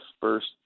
first